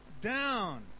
down